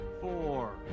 four